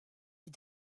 est